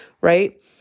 right